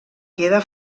queda